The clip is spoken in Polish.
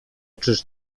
czyż